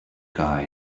guy